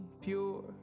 pure